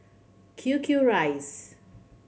Q Q Rice